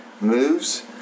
moves